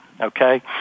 okay